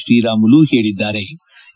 Sriramulu ಹೇಳದ್ಗಾರೆ